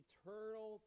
Eternal